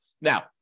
Now